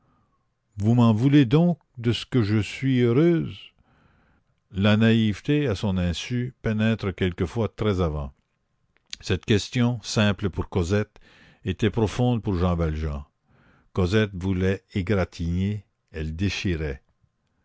vous m'en voulez donc de ce que je suis heureuse la naïveté à son insu pénètre quelquefois très avant cette question simple pour cosette était profonde pour jean valjean cosette voulait égratigner elle déchirait